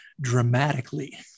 dramatically